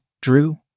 Drew